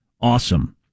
Awesome